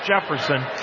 Jefferson